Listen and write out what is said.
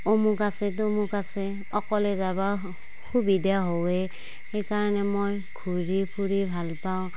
অমুক আছে তমুক আছে অকলে যাব সুবিধা হয় সেই কাৰণে মই ঘূৰি ফুৰি ভাল পাওঁ